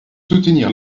soutenir